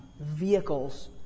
vehicles